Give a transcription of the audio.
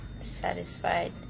satisfied